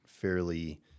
fairly